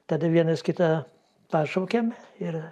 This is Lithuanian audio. tada vienas kitą pašaukėm ir